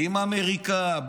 עם אמריקה,